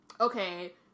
okay